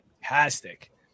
fantastic